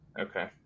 Okay